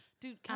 Dude